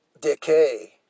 Decay